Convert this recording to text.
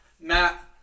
Matt